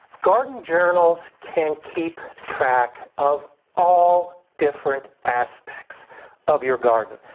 garden journals can keep track of all different aspects of your garden.